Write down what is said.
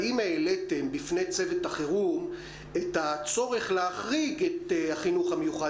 האם העליתם בפני צוות החירום את הצורך להחריג את החינוך המיוחד?